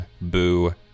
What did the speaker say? Boo